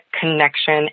connection